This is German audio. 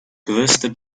größter